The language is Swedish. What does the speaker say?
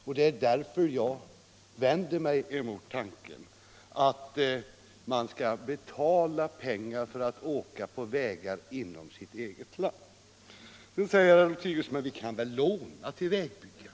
Det är också därför som jag sätter mig emot tanken att betala pengar för att få åka på vägar inom sitt eget land. Nu säger herr Lothigius att vi väl kan låna till vägbyggandet.